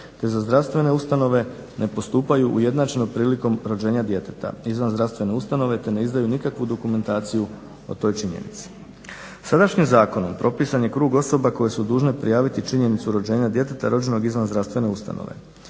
te za zdravstvene ustanove ne postupaju ujednačeno prilikom rođenja djeteta izvan zdravstvene ustanove te ne izdaju nikakvu dokumentaciju o toj činjenici. Sadašnjim zakonom propisan je krug osoba koje su dužne prijaviti činjenicu rođenja djeteta rođenog izvan zdravstvene ustanove.